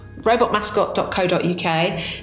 robotmascot.co.uk